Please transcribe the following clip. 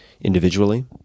individually